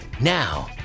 Now